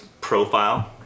profile